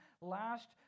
last